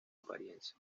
apariencia